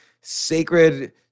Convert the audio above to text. sacred